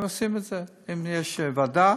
הם עושים את זה, אם יש ועדה,